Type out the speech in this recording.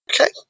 Okay